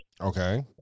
okay